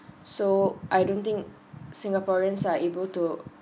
so I don't think singaporeans are able to